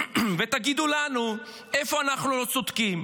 ותגידו לנו איפה אנחנו לא צודקים.